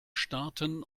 starten